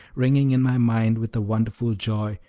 ringing in my mind with a wonderful joy,